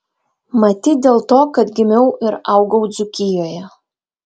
matyt dėl to kad gimiau ir augau dzūkijoje